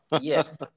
yes